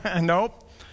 Nope